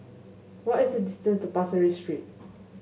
what is the distance to Pasir Ris Street